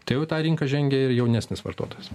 tai jau į tą rinką žengia ir jaunesnis vartotojas